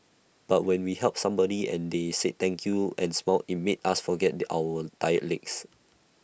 but when we helped somebody and they said thank you and smile IT made us forget the our tired legs